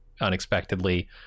unexpectedly